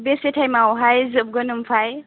बेसे टाइमआवहाय जोबगोन ओमफ्राय